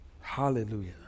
Hallelujah